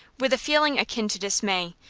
with a feeling akin to dismay,